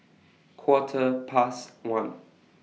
Quarter Past one